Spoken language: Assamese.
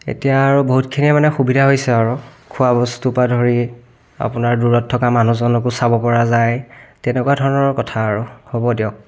এতিয়া আৰু বহুত খিনি মানে সুবিধা হৈছে আৰু খোৱা বস্তু পা ধৰি আপোনাৰ দূৰত থকা মানুহজনকো চাব পৰা যায় তেনেকুৱা ধৰণৰ কথা আৰু হ'ব দিয়ক